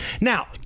Now